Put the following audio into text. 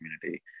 community